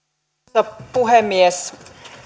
arvoisa puhemies